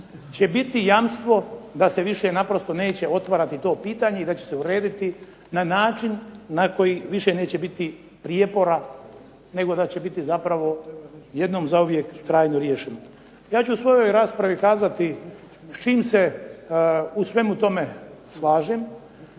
će biti jamstvo da se više naprosto neće otvarati to pitanje i da će se urediti na način u kojem više neće biti prijepora nego da će biti zapravo jednom zauvijek trajno riješeno. Ja ću u ovoj raspravi kazati s čim se u svemu tome slažem,